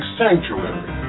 sanctuary